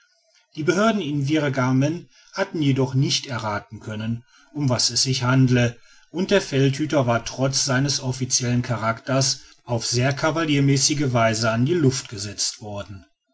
die behörden in virgamen hatten jedoch nicht errathen können um was es sich handle und der feldhüter war trotz seines officiellen charakters auf sehr cavaliermäßige weise an die luft gesetzt worden